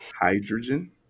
Hydrogen